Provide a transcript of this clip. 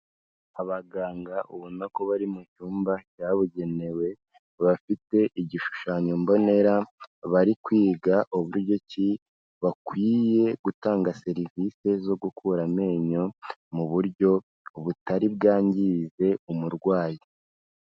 Abaganga ubona ko bari mu cyumba cyabugenewe bafite igishushanyo mbonera bari kwiga uburyo ki, bakwiye gutanga serivise zo gukura amenyo mu buryo butari bwangize umurwayi.